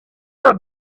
read